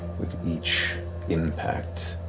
with each impact,